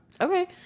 Okay